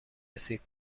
رسید